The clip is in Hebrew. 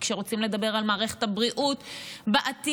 וכשרוצים לדבר על מערכת הבריאות בעתיד,